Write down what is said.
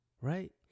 Right